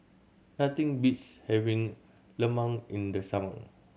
nothing beats having lemang in the summer